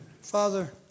Father